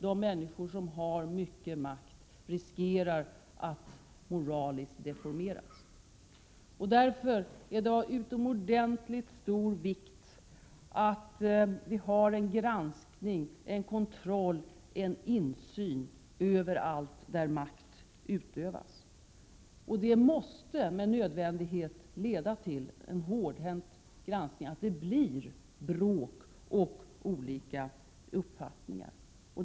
De människor som har mycket makt riskerar att deformeras moraliskt. Därför är det av utomordentligt stor vikt att vi har en granskning, kontroll och insyn överallt där makt utövas, och det måste med nödvändighet leda till en hårdhänt granskning och till att det blir bråk och olika uppfattningar.